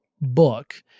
book